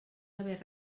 haver